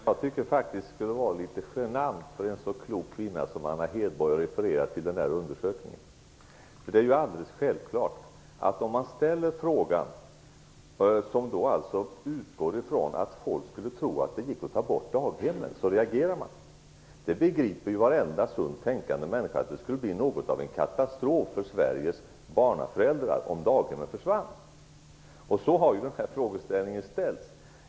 Fru talman! Jag tycker faktiskt att det skulle vara litet genant för en så klok kvinna som Anna Hedborg att referera till den där undersökningen. Det är ju alldeles självklart att folk reagerar om man ställer en fråga som utgår ifrån att folk tror att det går att ta bort daghemmen. Varenda sunt tänkande människa begriper att det skulle bli något av en katastrof för Sveriges föräldrar om daghemmen försvann. Så har frågan ställts.